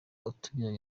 atajyanye